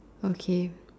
okay